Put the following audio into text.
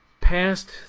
past